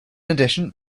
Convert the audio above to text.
addition